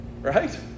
Right